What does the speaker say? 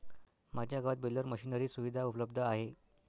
माझ्या गावात baler machinery सुविधा उपलब्ध आहे